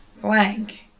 blank